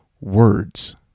words